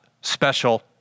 special